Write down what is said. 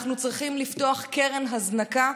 אנחנו צריכים לפתוח קרן הזנקה,